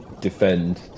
defend